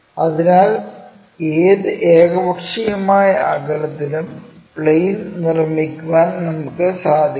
അതിനാൽ ഏത് ഏകപക്ഷീയമായ അകലത്തിലും പ്ലെയിൻ നിർമ്മിക്കാൻ നമുക്ക് സാധിക്കണം